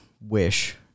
wish